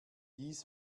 dies